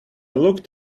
looked